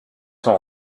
sont